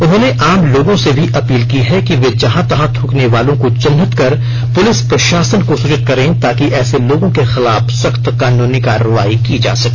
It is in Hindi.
उन्होंने आम लोगों से भी अपील की है कि वे जहां तहां थूकने वाले को चिन्हित कर पुलिस प्रशासन को सूचित करें ताकि ऐसे लोगों के खिलाफ सख्त कानूनी कार्रवाई की जा सके